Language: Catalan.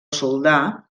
soldà